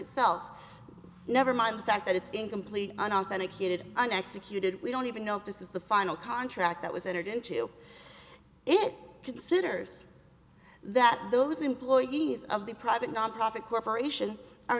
itself never mind the fact that it's incomplete and authentic heated and executed we don't even know if this is the final contract that was entered into it considers that those employees of the private nonprofit corporation are